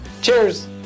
Cheers